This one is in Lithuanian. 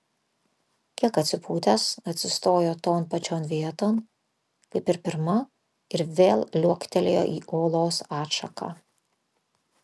kiek atsipūtęs atsistojo ton pačion vieton kaip ir pirma ir vėl liuoktelėjo į olos atšaką